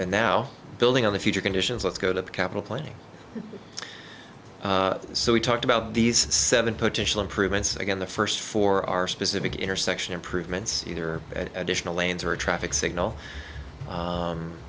and now building on the future conditions let's go to the capital planning so we talked about these seven potential improvements again the first four are specific intersection improvements and additional lanes or traffic signal